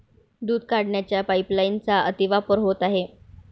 दूध काढण्याच्या पाइपलाइनचा अतिवापर होत आहे